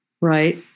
right